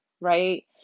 right